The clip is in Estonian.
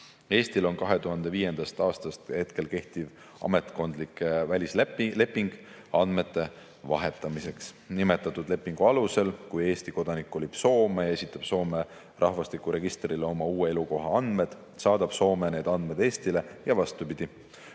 Eestil on 2005. aastast kehtiv ametkondlik välisleping andmete vahetamiseks. Nimetatud lepingu alusel, kui Eesti kodanik kolib Soome ja esitab Soome rahvastikuregistrile oma uue elukoha andmed, saadab Soome need andmed Eestile ja vastupidi.